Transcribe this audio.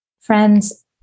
Friends